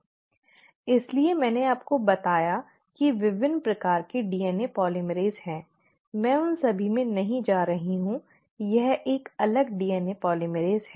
इसीलिए मैंने आपको बताया कि विभिन्न प्रकार के डीएनए पोलीमरेज़ हैं मैं उन सभी में नहीं जा रही हूं यह एक अलग डीएनए पोलीमरेज़ है